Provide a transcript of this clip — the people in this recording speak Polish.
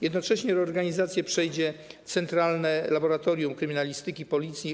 Jednocześnie reorganizację przejdzie Centralne Laboratorium Kryminalistyczne Policji.